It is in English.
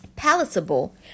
palatable